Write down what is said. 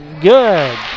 good